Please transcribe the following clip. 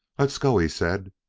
let's go! he said,